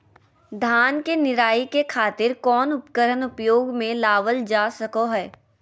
धान के निराई के खातिर कौन उपकरण उपयोग मे लावल जा सको हय?